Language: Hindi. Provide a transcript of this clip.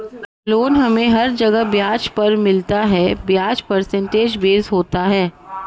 लोन हमे हर जगह ब्याज पर मिलता है ब्याज परसेंटेज बेस पर होता है